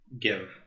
give